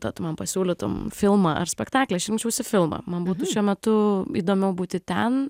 tad man pasiūlytum filmą ar spektaklį aš imčiausi filmą man būtų šiuo metu įdomiau būti ten